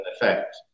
effect